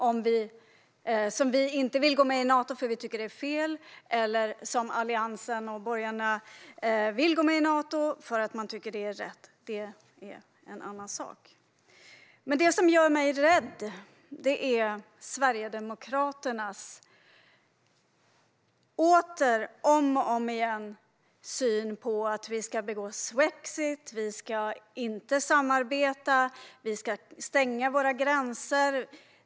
Att vi sedan inte vill gå med i Nato eftersom vi tycker att det är fel, eller att Alliansen och borgarna vill gå med i Nato för att man tycker att det är rätt, är en annan sak. Det som gör mig rädd är Sverigedemokraternas återkommande syn på att vi ska begå svexit, inte ska samarbeta och ska stänga våra gränser.